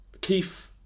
Keith